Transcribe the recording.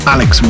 Alex